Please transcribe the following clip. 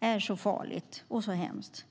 är så farligt och så hemskt?